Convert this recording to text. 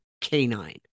canine